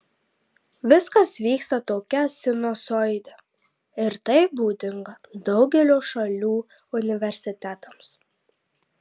viskas vyksta tokia sinusoide ir tai būdinga daugelio šalių universitetams